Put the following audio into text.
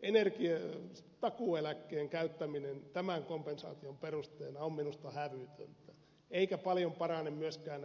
tästä syystä takuueläkkeen käyttäminen tämän kompensaation perusteena on minusta hävytöntä eikä paljon parane myöskään